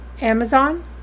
Amazon